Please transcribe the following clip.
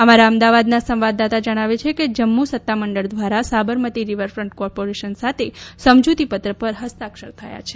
અમારા અમદાવાદના સંવાદદાતા જણાવે છે કે જમ્મુ સત્તામંડળ દ્વારા સાબરમતી રિવરફ્રન્ટ કોર્પોરેશન સાથે સમજૂતીપત્ર પર હસ્તાક્ષર કર્યા છે